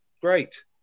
great